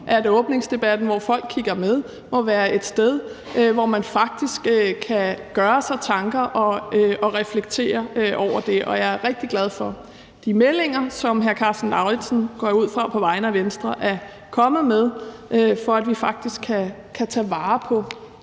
at åbningsdebatten, hvor folk kigger med, må være et sted, hvor man faktisk kan gøre sig tanker og reflektere over det. Jeg er rigtig glad for de meldinger, som jeg hører hr. Karsten Lauritzen – på vegne af Venstre går jeg ud fra – er kommet med, så vi faktisk kan tage vare på